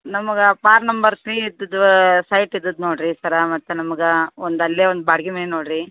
ನಮಗ for number three ಇದ್ದದ್ದು site ಇದ್ದದ್ದು ನೋಡಿರಿ ಸರ್ ಮತ್ತೆ ನಮ್ಗೆ ಒಂದು ಅಲ್ಲೆ ಒಂದು ಬಾಡಿಗೆ ಮನೆ ನೋಡಿರಿ